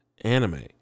anime